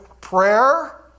prayer